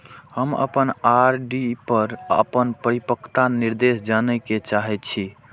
हम अपन आर.डी पर अपन परिपक्वता निर्देश जाने के चाहि छी